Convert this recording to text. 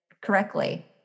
correctly